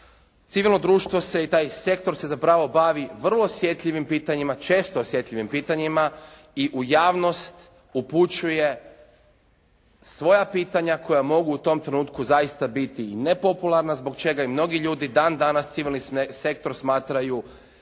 Civilno društvo se i taj sektor se zapravo bavi vrlo osjetljivim pitanjima, često osjetljivim pitanjima i u javnost upućuje svoja pitanja koja mogu u tom trenutku zaista biti i nepopularna, zbog čega mnogi ljudi i dan danas civilni sektor smatraju